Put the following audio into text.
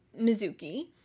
Mizuki